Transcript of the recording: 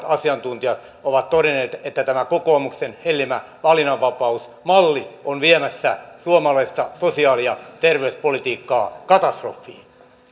asiantuntijat ovat todenneet että tämä kokoomuksen hellimä valinnanvapausmalli on viemässä suomalaista sosiaali ja terveyspolitiikkaa katastrofiin